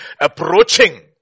approaching